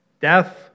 death